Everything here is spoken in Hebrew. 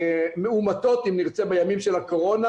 מאומתות אם נרצה, בימים של הקורונה.